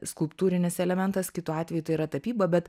skulptūrinis elementas kitu atveju tai yra tapyba bet